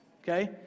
okay